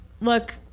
look